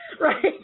Right